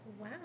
Wow